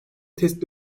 tespit